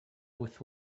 with